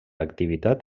activitat